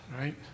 right